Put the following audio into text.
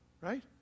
Right